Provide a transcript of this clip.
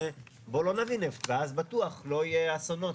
בוא לא נביא נפט ואז בטוח לא יהיה אסונות.